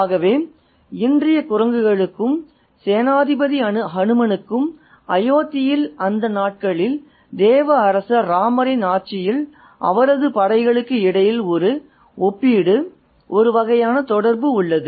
ஆகவே இன்றைய குரங்குகளுக்கும் சேனாதிபதி ஹனுமனுக்கும் அயோத்தியில் அந்த நாட்களில் தேவ அரசர் ராமரின் ஆட்சியின் அவரது படைகளுக்கு இடையில் ஒரு ஒப்பீடு ஒரு வகையான தொடர்பு உள்ளது